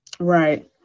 Right